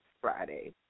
Friday